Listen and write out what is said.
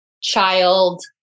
child